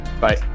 Bye